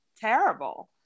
terrible